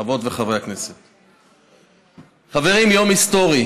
חברות וחברי הכנסת, חברים, יום היסטורי.